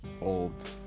Old